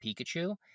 Pikachu